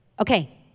Okay